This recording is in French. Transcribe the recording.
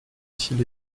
s’il